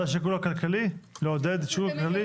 זה השיקול הכלכלי, לעודד שיקול כלכלי?